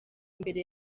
mbere